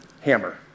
hammer